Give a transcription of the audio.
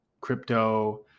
crypto